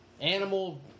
Animal